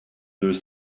deux